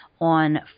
on